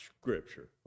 Scripture